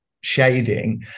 shading